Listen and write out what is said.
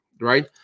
right